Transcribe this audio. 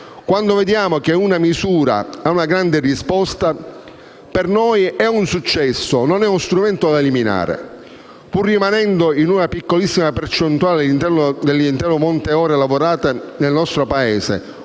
Quando vediamo che una misura ha una grande risposta, per noi è un successo, e non uno strumento da eliminare. Pur rimanendo una piccolissima percentuale all'interno dell'intero monte ore lavorate nel nostro Paese,